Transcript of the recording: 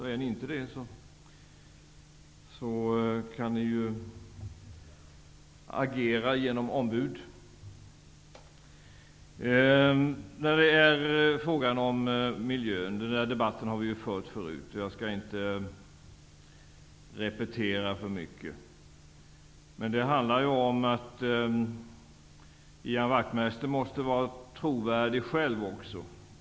Om ni inte är representerade, kan ni ju agera genom ombud. Så till frågan om miljön. Den debatten har vi fört förut. Jag skall inte repetera för mycket. Men det handlar om att Ian Wachtmeister själv också måste vara trovärdig.